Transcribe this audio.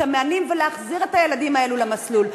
המענים ולהחזיר את הילדים האלה למסלול.